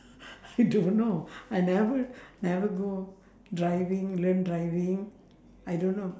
I don't know I never never go driving learn driving